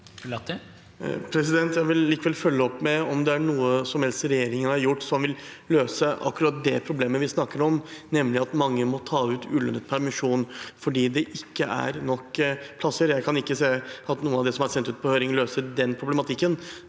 Jeg vil likevel følge opp med om det er noe som helst regjeringen har gjort som vil løse akkurat det problemet vi snakker om, nemlig at mange må ta ut ulønnet permisjon fordi det ikke er nok plasser. Jeg kan ikke se at noe av det som er sendt ut på høring, løser den problematikken.